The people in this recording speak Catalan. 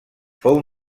fou